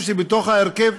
יש לכם רק ח"כים.